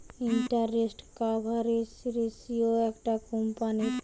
interest coverage ratio একটা কোম্পানীর